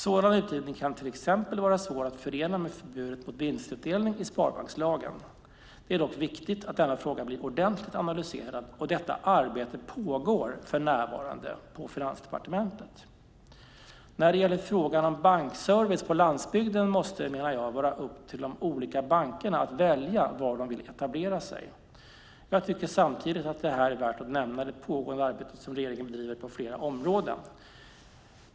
Sådan utgivning kan till exempel vara svår att förena med förbudet mot vinstutdelning i sparbankslagen. Det är dock viktigt att denna fråga blir ordentligt analyserad och detta arbete pågår för närvarande på Finansdepartementet. När det gäller frågan om bankservice på landsbygden måste det, menar jag, vara upp till de olika bankerna att välja var de vill etablera sig. Jag tycker samtidigt att det här är värt att nämna det pågående arbete som regeringen bedriver på flera områden.